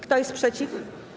Kto jest przeciw?